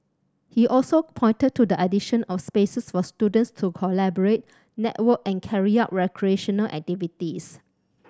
he also pointed to the addition of spaces for students to collaborate network and carry out recreational activities